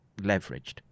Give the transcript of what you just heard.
leveraged